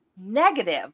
negative